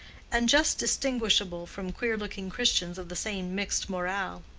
and just distinguishable from queer-looking christians of the same mixed morale.